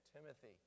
Timothy